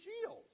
shields